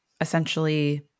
essentially